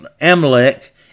Amalek